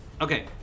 Okay